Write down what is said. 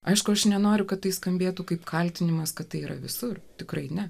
aišku aš nenoriu kad tai skambėtų kaip kaltinimas kad tai yra visur tikrai ne